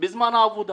בזמן העבודה.